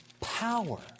power